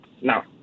Now